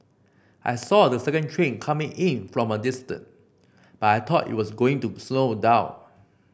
I saw the second train coming in from a distance but I thought it was going to slow down